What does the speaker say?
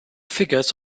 figures